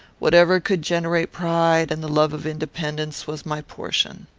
whatever could generate pride, and the love of independence, was my portion.